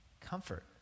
comfort